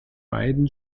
beiden